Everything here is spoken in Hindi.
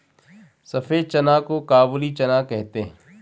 सफेद चना को काबुली चना कहते हैं